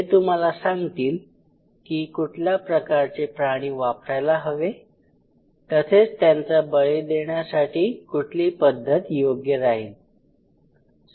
ते तुम्हाला सांगतील की कुठल्या प्रकारचे प्राणी वापरायला हवे तसेच त्यांचा बळी देण्यासाठी कुठली पद्धत योग्य राहील